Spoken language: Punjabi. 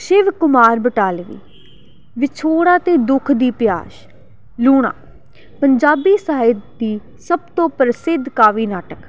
ਸ਼ਿਵ ਕੁਮਾਰ ਬਟਾਲਵੀ ਵਿਛੋੜਾ ਅਤੇ ਦੁੱਖ ਦੀ ਪਿਆਸ ਲੂਣਾ ਪੰਜਾਬੀ ਸਾਹਿਤ ਦੀ ਸਭ ਤੋਂ ਪ੍ਰਸਿੱਧ ਕਾਵਿ ਨਾਟਕ